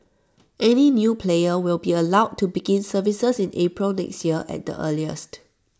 any new player will be allowed to begin services in April next year at the earliest